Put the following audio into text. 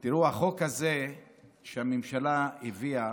תראו, החוק הזה שהממשלה הביאה,